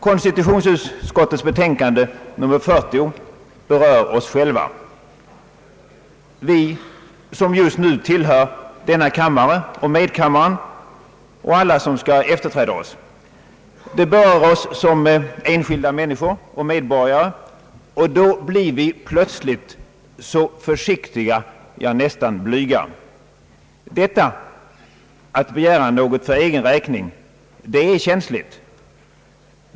Konstitutionsutskottets utlåtande nr 40 berör oss själva; vi som just nu tillhör denna kammare och medkammaren och alla som skall efterträda oss. Det berör oss som enskilda människor och medborgare, och då blir vi plötsligt så försiktiga, ja nästan blyga. Att begära något för egen räkning är känsligt.